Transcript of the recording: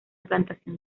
plantación